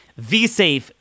vSAFE